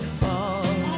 fall